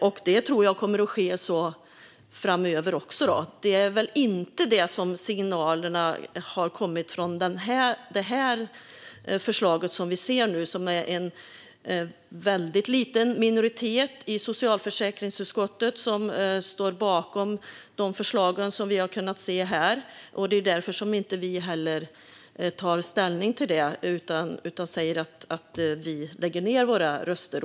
Jag tror att detta kommer att ske även framöver, men det är inte den signalen vi får av det förslag vi nu ser och som endast en liten minoritet i socialförsäkringsutskottet står bakom. Därför tar vi inte ställning till det utan lägger ned våra röster.